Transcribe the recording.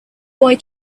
boy